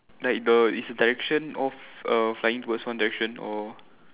like the is the direction off err flying towards one direction or